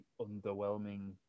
underwhelming